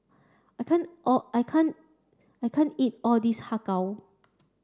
I can't all I can't I can't eat all this Har Kow